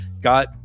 got